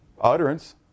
utterance